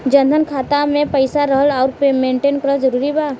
जनधन खाता मे पईसा रखल आउर मेंटेन करल जरूरी बा?